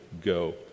go